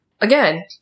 again